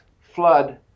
flood